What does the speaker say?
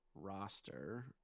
roster